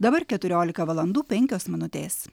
dabar keturiolika valandų penkios minutės